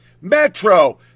Metro